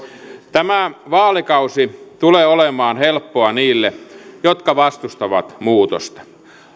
tämä vaalikausi tulee olemaan helppoa niille jotka vastustavat muutosta